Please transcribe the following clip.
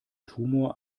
tumor